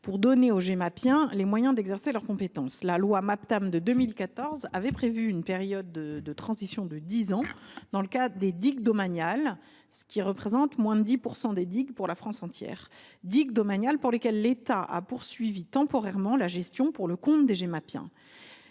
pour donner aux « Gemapiens » les moyens d’exercer leur compétence. La loi Maptam de 2014 avait prévu une période de transition de dix ans dans le cas des digues domaniales, qui représentent moins de 10 % des digues dans la France entière et dont l’État a poursuivi temporairement la gestion pour le compte des Gemapiens.